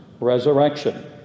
resurrection